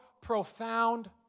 profound